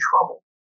trouble